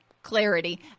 Clarity